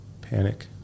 panic